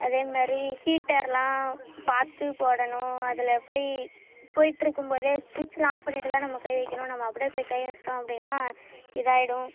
அதே மாரி ஹீட்டரெலாம் பார்த்து போடணும் அதில் போய் போயிட்டிருக்கும்போதே ஸ்விட்செலாம் ஆஃப் பண்ணிவிட்டுதான் நம்ம கை வைக்கணும் நம்ம அப்படியே போய் கை வச்சுட்டோம் அப்படின்னா இதாகிடும்